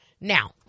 Now